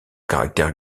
caractère